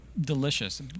delicious